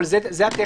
אבל זו הטכניקה,